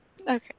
Okay